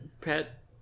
pet